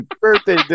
birthday